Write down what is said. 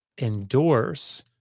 endorse